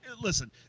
listen